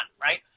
right